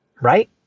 Right